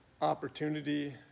opportunity